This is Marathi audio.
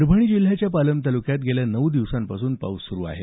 परभणी जिल्ह्याच्या पालम तालुक्यात गेल्या नऊ दिवसापासून पाऊस चालू आहे